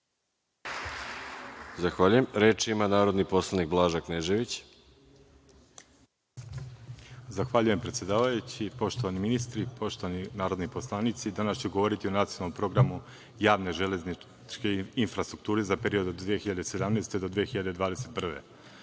Zahvaljujem. Reč ima narodni poslanik Blaža Knežević. **Blaža Knežević** Zahvaljujem predsedavajući, poštovani minisitri, poštovani narodni poslanici, danas ću govoriti o nacionalnom programu javne železničke infrastrukture za period od 2017. do 2021.